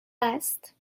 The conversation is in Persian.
است